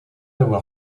avoir